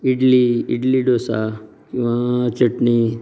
इडली इडली डोसा किंवां चटणी